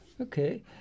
Okay